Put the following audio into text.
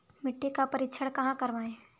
मिट्टी का परीक्षण कहाँ करवाएँ?